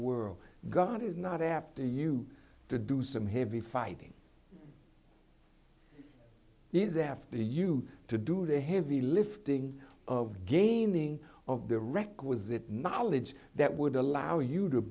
world god is not after you to do some heavy fighting is after you to do the heavy lifting of gaining of the requisite knowledge that would allow you to